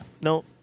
no